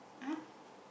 !huh!